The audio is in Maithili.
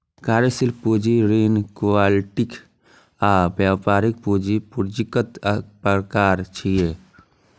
कार्यशील पूंजी, ऋण, इक्विटी आ व्यापारिक पूंजी पूंजीक प्रकार छियै